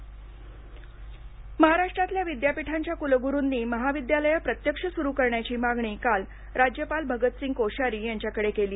महाराष्टू महाविद्यालयं महाराष्ट्रातल्या विद्यापीठांच्या कुलगुरूंनी महाविद्यालयं प्रत्यक्ष सुरू करण्याची मागणी काल राज्यपाल भगत सिंग कोश्यारी यांच्या कडे केली